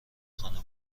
خانه